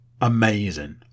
Amazing